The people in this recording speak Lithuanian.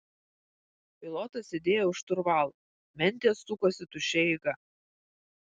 pilotas sėdėjo už šturvalo mentės sukosi tuščia eiga